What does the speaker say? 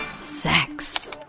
Sex